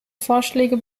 vorschläge